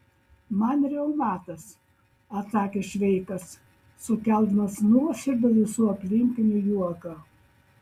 man reumatas atsakė šveikas sukeldamas nuoširdų visų aplinkinių juoką